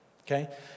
Okay